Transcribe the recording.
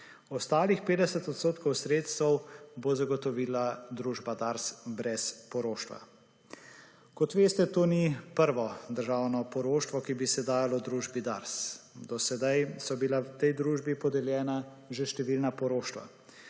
Ostalih 50 % sredstev bo zagotovila družba Dars brez poroštva. Kot veste, to ni prvo državno poroštvo, ki bi se dajalo družbi Dars. Do sedaj so bila tej družbi podeljena že številna poroštva,